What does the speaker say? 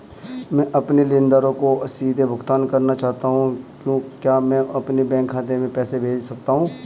मैं अपने लेनदारों को सीधे भुगतान करना चाहता हूँ क्या मैं अपने बैंक खाते में पैसा भेज सकता हूँ?